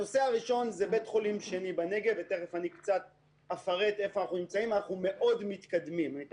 הנושא הראשון הוא בית חולים שני בנגב אנחנו מאוד מתקדמים בנושא,